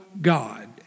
God